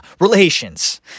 relations